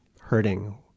hurting